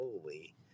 Holy